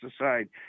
aside